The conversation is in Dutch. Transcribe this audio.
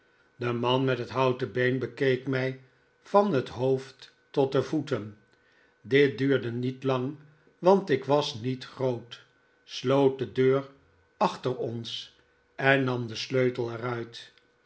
de man met het houten been bekeek mij van het hoofd tot de voeten dit duurde niet lang want ik was niet groot sloot de deur achter ons en nam den sleutel er